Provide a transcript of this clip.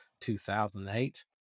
2008